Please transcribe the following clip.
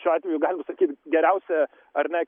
šiuo atveju galim sakyt geriausia ar ne